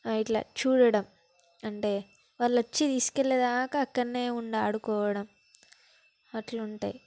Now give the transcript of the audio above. ఇట్లా చూడడం అంటే వాళ్ళు వచ్చి తీసుకెళ్ళేదాకా అక్కడ ఉండి ఆడుకోవడం అట్లుంటాయి